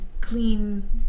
clean